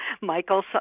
Michael